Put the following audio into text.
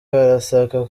barasabwa